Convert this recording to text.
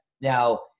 now